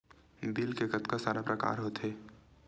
Bill के कतका सारा प्रकार होथे?